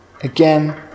again